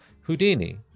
Houdini